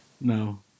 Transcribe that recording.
No